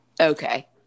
Okay